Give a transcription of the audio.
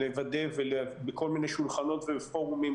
לוודא בכל מיני שולחנות ובפורומים,